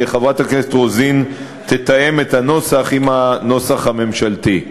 חברת הכנסת רוזין תתאם את הנוסח עם הנוסח הממשלתי.